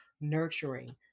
nurturing